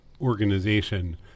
organization